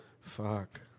Fuck